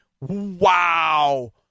wow